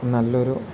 നല്ലൊരു